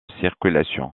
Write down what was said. circulation